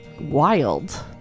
wild